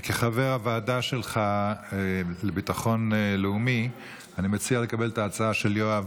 כחבר הוועדה לביטחון לאומי אני מציע לקבל את ההצעה של יואב,